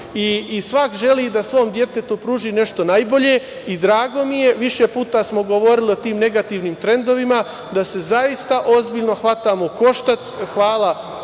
želi da svome detetu pruži nešto najbolje. Drago mi je, više puta smo govorili o tim negativnim trendovima, da se ozbiljno hvatamo u koštac. Hvala